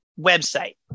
website